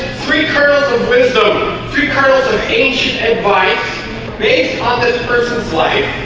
three kernels of wisdom three kernels of ancient and bites based on this person's life